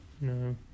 No